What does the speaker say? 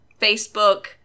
Facebook